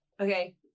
Okay